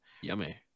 yummy